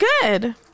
good